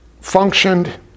functioned